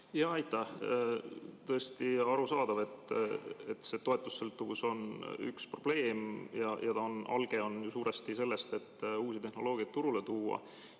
Aitäh! Tõesti arusaadav, et see toetussõltuvus on üks probleem, ja alge on ju suuresti selles, et uusi tehnoloogiad [tuleb] turule